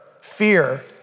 fear